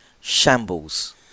Shambles